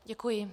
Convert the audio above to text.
Děkuji.